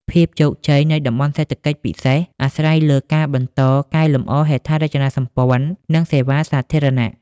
ភាពជោគជ័យនៃ តំបន់សេដ្ឋកិច្ចពិសេស អាស្រ័យលើការបន្តកែលម្អហេដ្ឋារចនាសម្ព័ន្ធ និងសេវាសាធារណៈ។